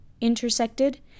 Intersected